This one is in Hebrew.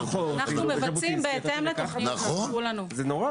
באותו רחוב כמו ז'בוטינסקי יראה ככה וככה וזה נורא.